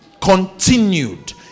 continued